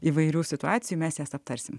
įvairių situacijų mes jas aptarsime